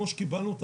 כמו שקיבלנו,